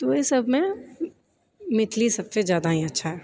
तऽ ओहिसबमे मैथिली सबसे ज्यादा ही अच्छा